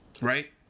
right